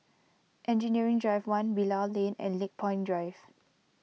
Engineering Drive one Bilal Lane and Lakepoint Drive